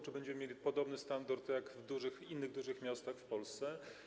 Czy będziemy mieli podobny standard jak w innych dużych miastach w Polsce?